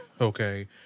Okay